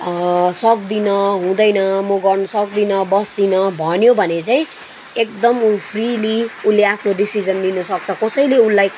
सक्दिनँ हुँदैन म गर्नु सक्दिनँ बस्दिनँ भन्यो भने चाहिँ एकदम उ फ्रिली उसले आफ्नो डिसिजन लिनु सक्छ कसैले उसलाई